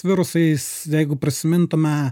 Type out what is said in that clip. virusais jeigu prisimintume